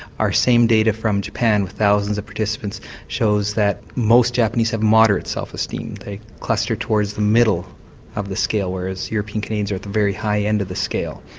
our same data from japan with thousands of participants shows that most japanese have moderate self-esteem they cluster towards the middle of the scale, whereas european canadians are at the very high end of the scale.